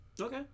Okay